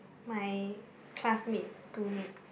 my classmates schoolmates